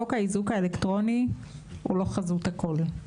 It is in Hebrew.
חוק האיזוק האלקטרוני הוא לא חזות הכול.